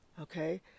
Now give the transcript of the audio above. Okay